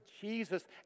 Jesus